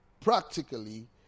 practically